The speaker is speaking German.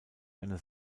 eine